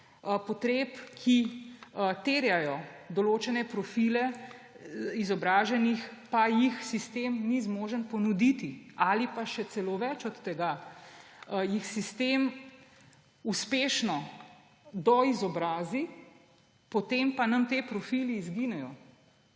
potreb, ki terjajo določene profile izobraženih, pa jih sistem ni zmožen ponuditi. Ali pa še celo več od tega, jih sistem uspešno doizobrazi, potem pa nam ti profili izginejo